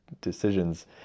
decisions